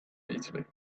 italy